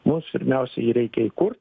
mums pirmiausiai jį reikia įkurt